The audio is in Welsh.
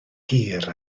hir